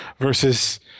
versus